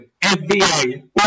FBI